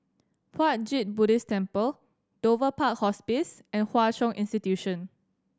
Puat Jit Buddhist Temple Dover Park Hospice and Hwa Chong Institution